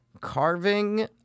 carving